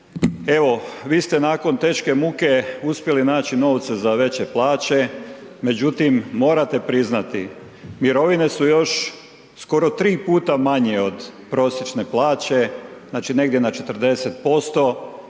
Evo vi ste nakon teške muke uspjeli naći novce za veće plaće međutim morate priznati, mirovine su još skoro 3 puta manje od prosječne plaće, znači negdje na 40%